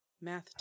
math